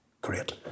great